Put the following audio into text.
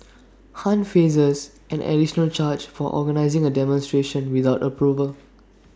han faces an additional charge for organising A demonstration without approval